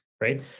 Right